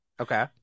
Okay